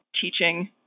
teaching